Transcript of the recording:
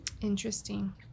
Interesting